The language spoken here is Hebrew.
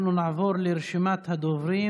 אנחנו נעבור לרשימת הדוברים.